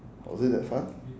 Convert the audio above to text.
was it that fun